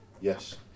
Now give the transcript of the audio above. Yes